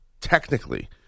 technically